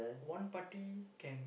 one party can